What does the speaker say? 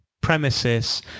premises